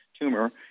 tumor